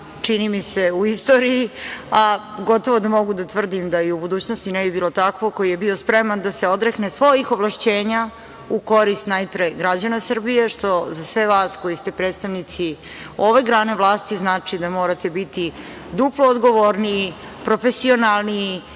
čini mi se, u istoriji, a gotovo da mogu da tvrdim da i u budućnosti ne bi bilo takvog koji bi bio spreman da se odrekne svojih ovlašćenja u korist najpre građana Srbije, što za sve vas koji ste predstavnici ovih grana vlasti znači da morate biti duplo odgovorniji, profesionalniji